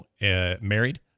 married